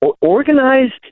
organized